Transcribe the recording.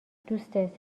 دوستت